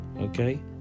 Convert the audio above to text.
okay